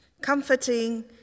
comforting